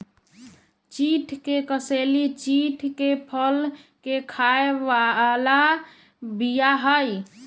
चिढ़ के कसेली चिढ़के फल के खाय बला बीया हई